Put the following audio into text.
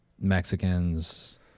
Mexicans